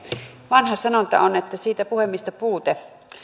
vanha sanonta on että siitä puhe mistä puute